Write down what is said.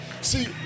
See